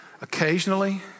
Occasionally